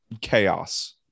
chaos